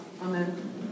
Amen